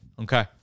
okay